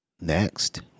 Next